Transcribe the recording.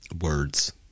words